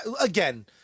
again